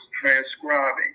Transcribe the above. transcribing